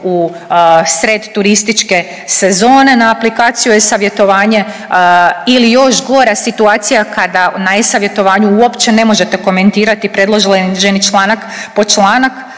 u sred turističke sezone na aplikaciju e-savjetovanje ili još gora situacija kada na e-savjetovanju uopće ne možete komentirati predloženi članak po članak